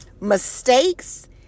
mistakes